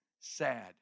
sad